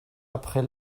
après